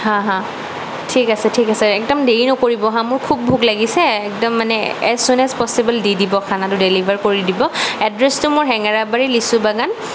হাঁ হাঁ ঠিক আছে ঠিক আছে একদম দেৰি নকৰিব হাঁ মোৰ খুব ভোক লাগিছে একদম মানে এজ চুন এজ পচিবল দি দিব খানাটো ডেলিভাৰ কৰি দিব এড্ৰেচটো মোৰ হেঙেৰাবাৰী লিচু বাগান